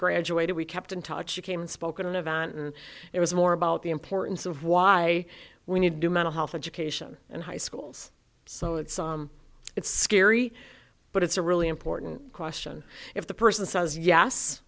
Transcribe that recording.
graduated we kept in touch you came and spoke at an event and it was more about the importance of why we need to do mental health education and high schools so it's it's scary but it's a really important question if the person says yes